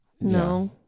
No